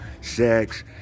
sex